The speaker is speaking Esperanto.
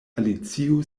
alicio